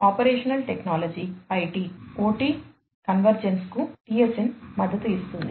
ఇది ఐటి కు TSN మద్దతు ఇస్తుంది